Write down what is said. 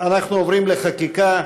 אנחנו עוברים לחקיקה.